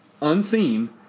unseen